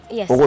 Yes